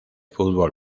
fútbol